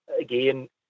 again